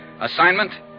Assignment